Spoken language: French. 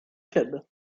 club